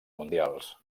mundials